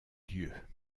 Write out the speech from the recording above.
lieu